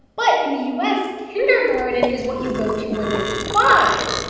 but in the u s, kindergarten is what you go to when you're five,